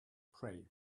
pray